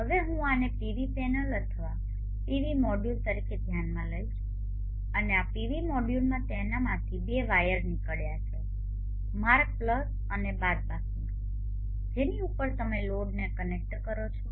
હવે હું આને પીવી પેનલ અથવા પીવી મોડ્યુલ્સ તરીકે ધ્યાનમાં લઈશ અને આ પીવી મોડ્યુલમાં તેનામાંથી બે વાયર નીકળ્યા છે માર્ક પ્લસ અને બાદબાકી જેની ઉપર તમે લોડને કનેક્ટ કરો છો